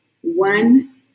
One